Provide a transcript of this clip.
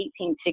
1860